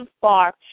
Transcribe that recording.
far